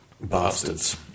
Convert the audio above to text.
Bastards